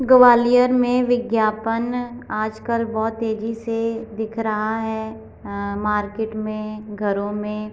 ग्वालियर में विज्ञापन आजकल बहुत तेजी से दिख रहा है मार्केट में घरों में